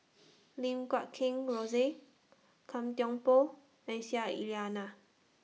Lim Guat Kheng Rosie Gan Thiam Poh and Aisyah Lyana